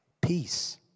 peace